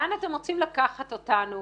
לאן אתם רוצים לקחת אותנו?